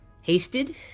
Hasted